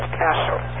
castle